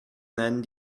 nennen